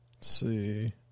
See